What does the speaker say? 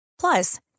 Plus